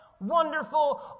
wonderful